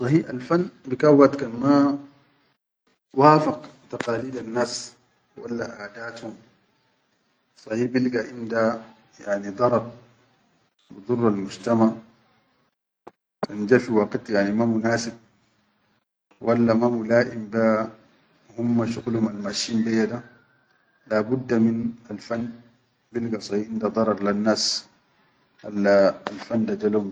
Sahi alfan bikan wahid kan ma wafaq tiqalidannas walla aadatum sahi bilga inda yani darar bidurral mujtama, kanja fi waqit yani ma munasib, walla ma muʼaʼim ba humma shuqulum almasshin be da la budda min alfan bilga sahi inda darar bennas alla alfan da.